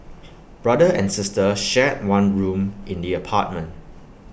brother and sister shared one room in the apartment